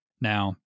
Now